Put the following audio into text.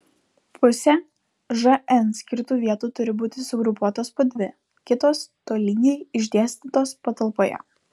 pusė žn skirtų vietų turi būti sugrupuotos po dvi kitos tolygiai išdėstytos patalpoje